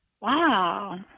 Wow